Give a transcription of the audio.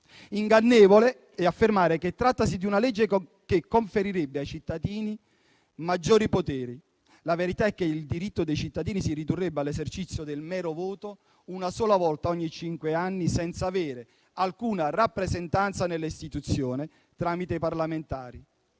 Ingannevole è affermare che trattasi di una legge che conferirebbe ai cittadini maggiori poteri. La verità è che il diritto dei cittadini si ridurrebbe all'esercizio del mero voto una sola volta ogni cinque anni, senza avere alcuna rappresentanza nelle istituzioni tramite i parlamentari.